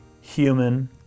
human